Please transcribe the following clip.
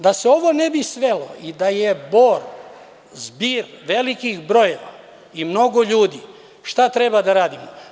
Da se ovo ne bi svelo i da je Bor zbir velikih brojeva i mnogo ljudi, šta treba da radimo?